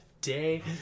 day